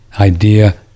idea